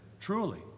truly